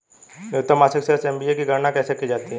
न्यूनतम मासिक शेष एम.ए.बी की गणना कैसे की जाती है?